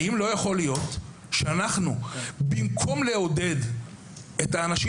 האם יכול להיות שבמקום לעודד את האנשים